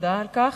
תודה על כך.